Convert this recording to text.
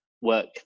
work